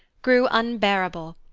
grew unbearable,